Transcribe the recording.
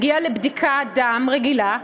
הגיע לבדיקת דם רגילה,